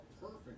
perfect